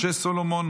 משה סולומון,